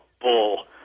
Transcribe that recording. bull